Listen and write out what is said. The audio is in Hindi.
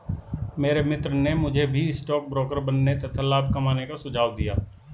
मेरे मित्र ने मुझे भी स्टॉक ब्रोकर बनने तथा लाभ कमाने का सुझाव दिया